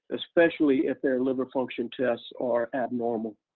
especially if their liver function tests are abnormal.